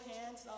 hands